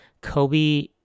Kobe